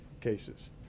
cases